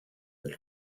del